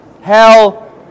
Hell